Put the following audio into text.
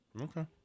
Okay